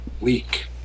week